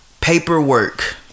paperwork